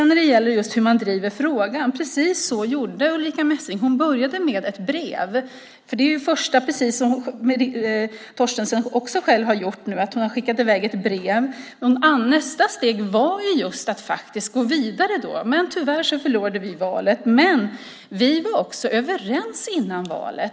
När det gäller hur man driver frågan vill jag framhålla att Ulrica Messing började precis så, alltså med ett brev. Det är precis vad Torstensson nu också har gjort: Hon har skickat ett brev. Nästa steg var att gå vidare, men tyvärr förlorade vi valet. Vi var också överens innan valet.